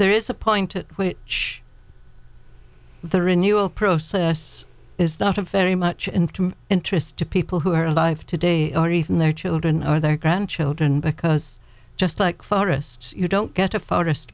there is a point to which the renewal process is not a very much interest to people who are alive today or even their children or their grandchildren because just like forests you don't get a fo